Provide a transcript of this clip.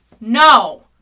No